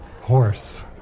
Horse